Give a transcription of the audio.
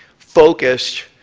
focused,